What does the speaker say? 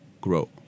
grow